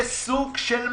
זה סוג של מס.